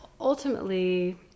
ultimately